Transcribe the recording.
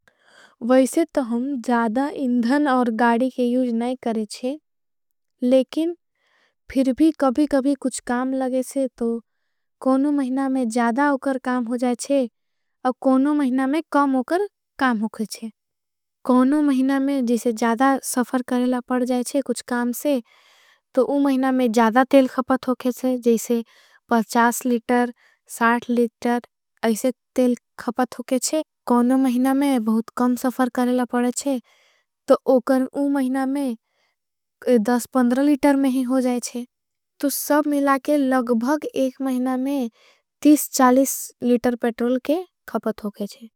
वैसे तो हम ज़्यादा इंधन और गाड़ी के यूज नाई करेछे। लेकिन फिर भी कभी कभी कुछ काम लगेछे तो कौनो। महिना में ज़्यादा आओकर काम हो जाएछे और कौनो। महिना में कौम आओकर काम होगेछे कौनो महिना में। जिसे ज़्यादा सफर करेला पड़ जाएछे कुछ काम से तो। उमहिना में ज़्यादा तेल खपत होगेछे जिसे लिटर लिटर ऐसे। तेल खपत होगेछे कौनो महिना में बहुत कम सफर करेला। पड़ जाएछे तो उमहिना में लिटर में ही हो जाएछे तो सब। मिलाके लगभग एक महिना में लिटर पेट्रोल के खपत होगेछे।